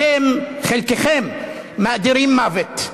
אתם, חלקכם מאדירים מוות.